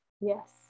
Yes